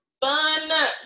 fun